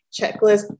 checklist